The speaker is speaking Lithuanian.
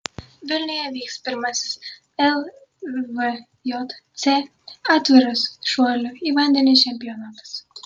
vilniuje vyks pirmasis lvjc atviras šuolių į vandenį čempionatas